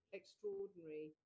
extraordinary